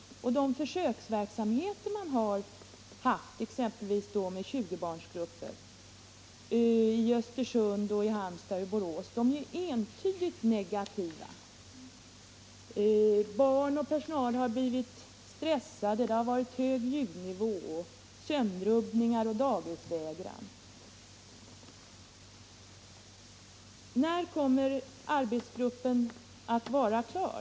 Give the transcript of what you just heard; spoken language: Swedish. Erfarenheterna av den försöksverksamhet man har haft med exempelvis 20-barnsgrupper i Östersund, Halmstad och Borås är entydigt negativa. Barn och personal har blivit stressade, det har varit hög ljudnivå, sömnrubbningar och daghemsvägran. När kommer alltså arbetsgruppen att vara klar?